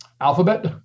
Alphabet